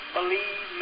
believe